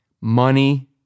money